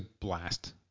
blast